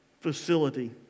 facility